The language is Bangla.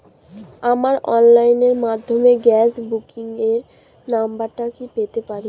আমার অনলাইনের মাধ্যমে গ্যাস বুকিং এর নাম্বারটা কি পেতে পারি?